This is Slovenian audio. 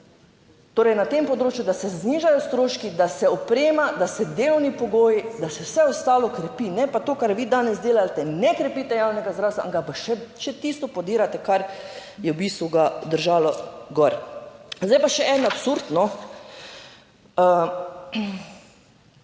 torej na tem področju, da se znižajo stroški, da se oprema, da se delovni pogoji, da se vse ostalo krepi. ne pa to kar vi danes delate, ne krepite javnega zdravstva, ampak pa še tisto podirate, kar je v bistvu ga držalo gor. Zdaj pa še en absurd